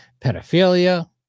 pedophilia